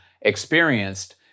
experienced